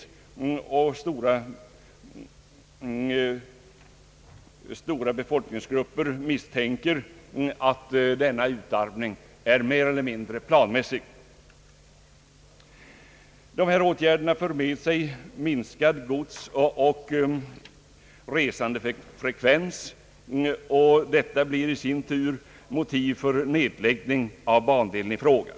Stora befolkningsgrupper misstänker att denna utarmning är mer eller mindre planmässig. Dessa åtgärder för med sig minskad godsoch resandefrekvens, och detta blir i sin tur motiv för nedläggning av bandelen i fråga.